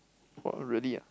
!wah! really ah